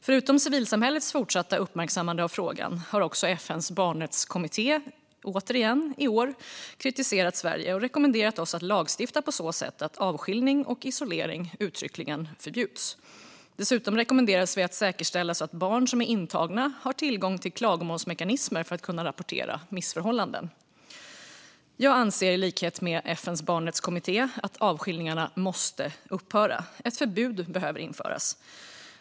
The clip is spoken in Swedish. Förutom civilsamhällets fortsatta uppmärksammande av frågan har också FN:s barnrättskommitté - återigen - i år kritiserat Sverige och rekommenderat oss att lagstifta på så sätt att avskiljning och isolering uttryckligen förbjuds. Dessutom rekommenderas vi att säkerställa att barn som är intagna har tillgång till klagomålsmekanismer för att kunna rapportera missförhållanden. Jag anser i likhet med FN:s barnrättskommitté att avskiljningarna måste upphöra. Ett förbud behöver införas.